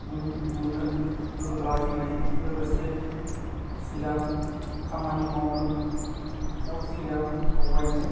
बुंनो लाजिनायजों लोगोसे सिगां खामानि मावनायाव सिगां आवगायनो